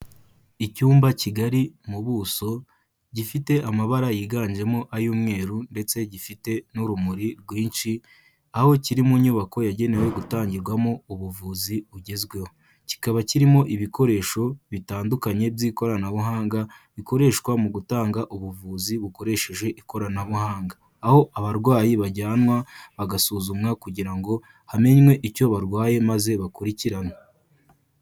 Icyumba kigari mu buso gifite amabara yiganjemo ay'umweru ndetse gifite n'urumuri rwinshi, aho kiri mu nyubako yagenewe gutangirwamo ubuvuzi bugezweho, kikaba kirimo ibikoresho bitandukanye by'ikoranabuhanga bikoreshwa mu gutanga ubuvuzi bukoresheje ikoranabuhanga, aho abarwayi bajyanwa bagasuzumwa kugira ngo hamenywe icyo barwaye maze bakurikiranwe.